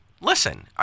listen